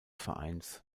vereins